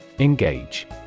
Engage